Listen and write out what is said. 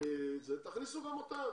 תכניסו גם אותם.